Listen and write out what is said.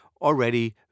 already